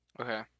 Okay